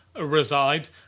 reside